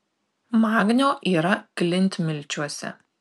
magnio yra klintmilčiuose